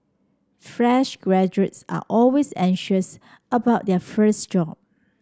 fresh graduates are always anxious about their first job